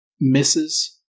misses